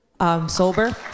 sober